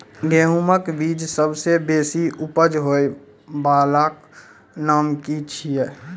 गेहूँमक बीज सबसे बेसी उपज होय वालाक नाम की छियै?